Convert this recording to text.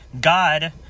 God